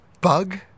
Bug